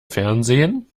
fernsehen